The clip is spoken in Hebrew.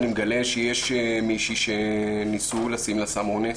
אני מגלה שיש מישהי שניסו לשים לה סם אונס